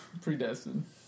predestined